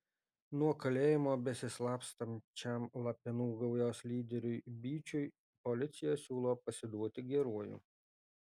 nuo kalėjimo besislapstančiam lapinų gaujos lyderiui byčiui policija siūlo pasiduoti geruoju